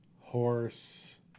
horse –